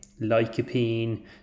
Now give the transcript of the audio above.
lycopene